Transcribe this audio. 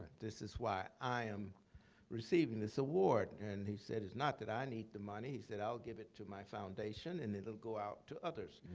this is why i am receiving this award. and he said, it's not that i need the money. he said, i'll give it to my foundation and it'll go out to others.